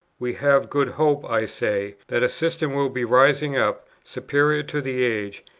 we have good hope, i say, that a system will be rising up, superior to the age,